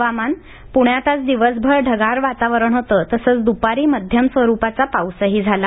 हवामान प्ण्यात आज दिवसभर ढगाळ वातावरण होतं तसंच दुपारी मध्यम स्वरुपाचा पाउसही झाला